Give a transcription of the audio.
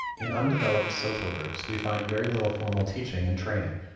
in undeveloped social groups, we find very little formal teaching and training.